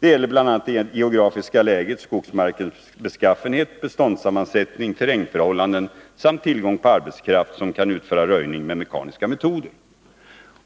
Det gäller bl.a. det geografiska läget, skogsmarkens beskaffenhet, beståndssammansättning, terrängförhållanden samt tillgång på arbetskraft som kan utföra röjning med mekaniska metoder.